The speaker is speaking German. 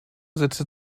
setzte